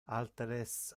alteres